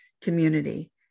community